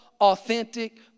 authentic